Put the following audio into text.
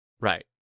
right